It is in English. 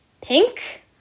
pink